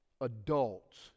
adults